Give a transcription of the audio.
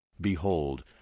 Behold